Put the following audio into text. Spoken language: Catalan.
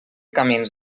camins